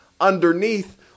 underneath